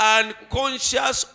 unconscious